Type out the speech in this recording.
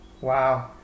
wow